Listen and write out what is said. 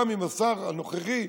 גם אם השר הנוכחי,